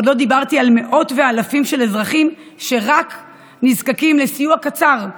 ועוד לא דיברתי על מאות ואלפים של אזרחים שרק נזקקים לסיוע קצר,